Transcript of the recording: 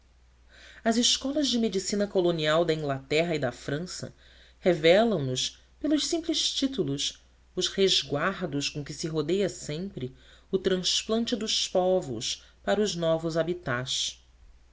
as escolas de medicina colonial da inglaterra e da frança revelam nos pelos simples títulos os resguardos com que se rodeia sempre o transplante dos povos para os novos habitats